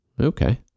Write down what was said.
Okay